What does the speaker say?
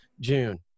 June